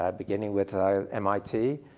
ah beginning with mit,